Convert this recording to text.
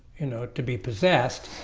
you know to be possessed,